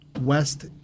west